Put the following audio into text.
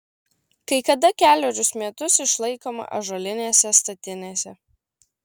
kai kada kelerius metus išlaikoma ąžuolinėse statinėse